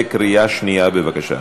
בבקשה.